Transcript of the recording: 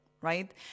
right